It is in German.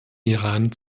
iran